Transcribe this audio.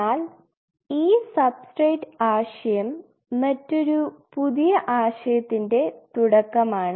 എന്നാൽ ഈ സബ്സ്ട്രേറ്റ് ആശയം മറ്റൊരു പുതിയ ആശയത്തിന്റെ തുടക്കമാണ്